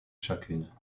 chacune